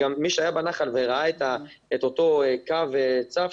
מי שהיה בנחל וראה את אותו קו צף,